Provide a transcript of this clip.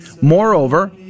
Moreover